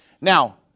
Now